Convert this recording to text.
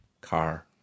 car